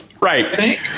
Right